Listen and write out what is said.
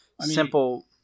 Simple